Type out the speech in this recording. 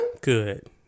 Good